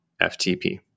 FTP